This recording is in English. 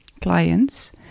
clients